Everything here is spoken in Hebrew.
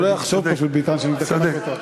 שהוא לא יחשוד פשוט, ביטן, שאני מתקן רק אותו.